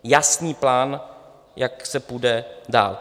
Jasný plán, jak se půjde dál.